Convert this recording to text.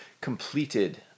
completed